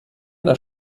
das